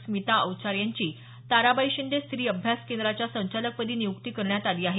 स्मिता अवचार यांची ताराबाई शिंदे स्त्री अभ्यास केंद्राच्या संचालकपदी नियुक्ती करण्यात आली आहे